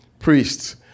Priests